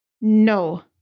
No